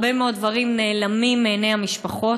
הרבה מאוד דברים נעלמים מעיני המשפחות.